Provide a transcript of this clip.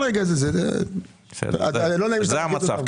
זה המצב.